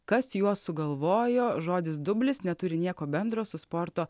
kas juos sugalvojo žodis dublis neturi nieko bendro su sporto